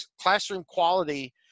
classroom-quality